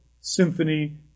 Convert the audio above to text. symphony